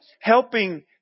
helping